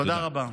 תודה רבה.